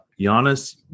Giannis